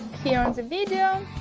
here on the video.